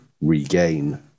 regain